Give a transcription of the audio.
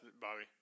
Bobby